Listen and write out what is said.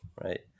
right